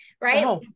right